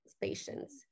patience